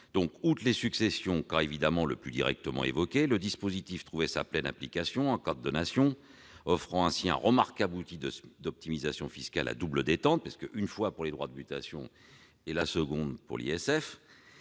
part. Outre les successions, cas évidemment le plus directement évoqué, le dispositif trouvait sa pleine application en cas de donation, offrant ainsi un remarquable outil d'optimisation fiscale à double détente : une fois pour les droits de mutation, et une seconde fois pour l'ISF.